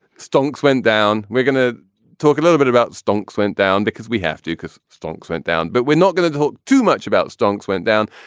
stocks went down. we're going to talk a little bit about stocks went down because we have to because stocks went down. but we're not going to talk too much about stocks went down.